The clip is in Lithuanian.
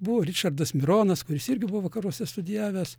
buvo ričardas mironas kuris irgi buvo vakaruose studijavęs